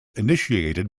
initiated